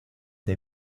the